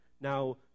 Now